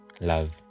love